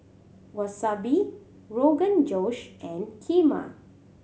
Wasabi Rogan Josh and Kheema